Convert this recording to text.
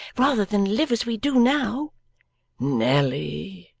rather than live as we do now nelly!